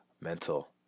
mental